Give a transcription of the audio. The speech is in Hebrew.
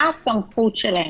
מה הסמכות שלהם?